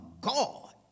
God